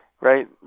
right